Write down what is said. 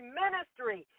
ministry